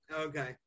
Okay